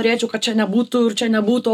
norėčiau kad čia nebūtų ir čia nebūtų